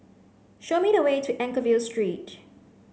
show me the way to Anchorvale Street